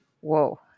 Whoa